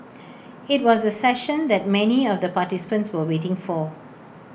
IT was the session that many of the participants were waiting for